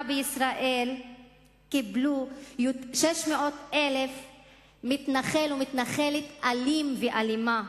בישראל קיבלו 600,000 מתנחל ומתנחלת אלים ואלימה,